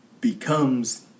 becomes